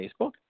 Facebook